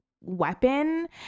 weapon